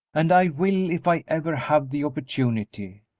and i will if i ever have the opportunity.